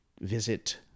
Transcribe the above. visit